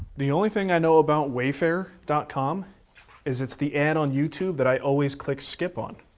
the only thing i know about wayfair dot com is it's the ad on youtube that i always click skip on.